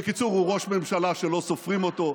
בקיצור, הוא ראש ממשלה שלא סופרים אותו.